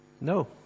No